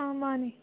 ꯑꯥꯎ ꯃꯥꯅꯦ